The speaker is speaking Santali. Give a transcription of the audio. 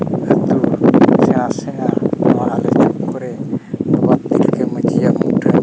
ᱟᱛᱳ ᱥᱮᱬᱟ ᱥᱮᱬᱟ ᱢᱟᱨᱟᱝ ᱟᱛᱳ ᱠᱚᱨᱮᱜ ᱛᱤᱞᱠᱟᱹ ᱢᱟᱹᱡᱷᱤᱭᱟᱜ ᱢᱩᱴᱷᱟᱹᱱ